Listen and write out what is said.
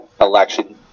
election